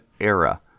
era